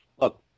Look